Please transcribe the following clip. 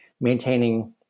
maintaining